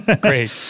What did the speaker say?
Great